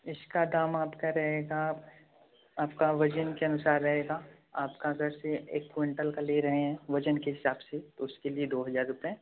इसका दाम आपका रहेगा आपका वज़न के अनुसार रहेगा आपका दस या एक क्विंटल का ले रहे हैं वज़न के हिसाब से तो उसके लिए दो हज़ार रुपये